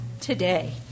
Today